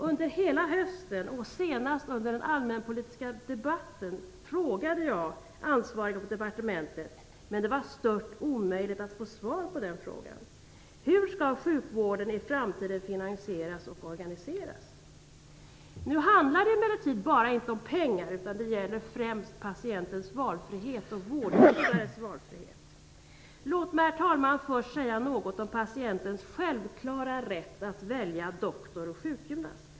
Under hela hösten, och senast under den allmänpolitiska debatten, har jag frågat ansvariga på departementet, men det har varit stört omöjligt att få svar på den frågan. Hur skall sjukvården finansieras och organiseras i framtiden? Nu handlar det emellertid inte bara om pengar. Det gäller främst patientens och vårdgivarens valfrihet. Herr talman! Låt mig först säga något om patientens självklara rätt att välja doktor och sjukgymnast.